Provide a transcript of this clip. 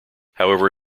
however